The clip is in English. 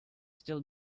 still